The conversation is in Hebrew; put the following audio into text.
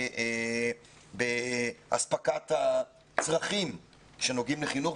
בהספקת הצרכים שנוגעים לחינוך,